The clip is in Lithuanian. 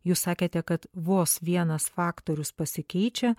jūs sakėte kad vos vienas faktorius pasikeičia